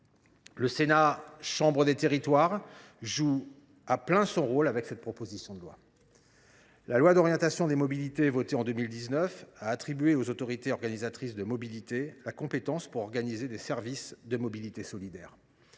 le Sénat, chambre des territoires, joue à plein son rôle. La loi d’orientation des mobilités, votée en 2019, a attribué aux autorités organisatrices de la mobilité la compétence de l’organisation des services de mobilité solidaire.